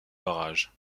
barrage